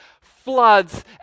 floods